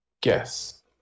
Guess